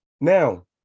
now